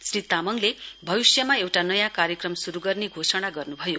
श्री तामाङले भविस्यमा एउटा नयाँ कार्यक्रम श्रू गर्ने घोषणा गर्न्भयो